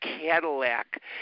Cadillac